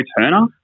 Turner